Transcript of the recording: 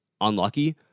Unlucky